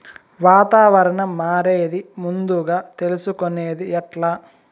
వాతావరణం మారేది ముందుగా తెలుసుకొనేది ఎట్లా?